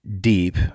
deep